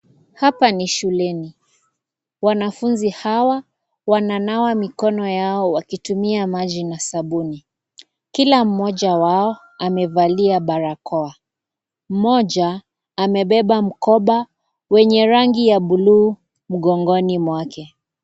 Hapa ni shuleni, wanafunzi hawa wananawa mikono yao wakitumia maji na sabuni. Kila mmoja wao amevalia barakoa. Mmoja amebeba mkoba wenye rangi ya buluu mgongoni mwake.